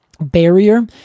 barrier